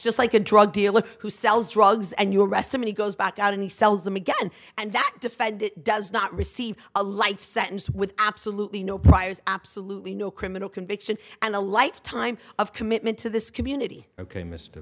just like a drug dealer who sells drugs and you arrest somebody goes back out and he sells them again and that defend it does not receive a life sentence with absolutely no priors absolutely no criminal conviction and a lifetime of commitment to this community ok mr